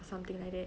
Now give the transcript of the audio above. something like that